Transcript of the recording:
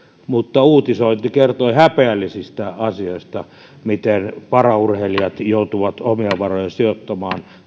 mutta uutisointi kertoi häpeällisistä asioista miten paraurheilijat joutuvat omia varojaan sijoittamaan